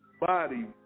body